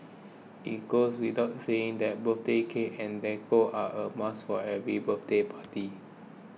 it goes without saying that birthday cakes and decor are a must for every birthday party